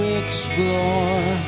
explore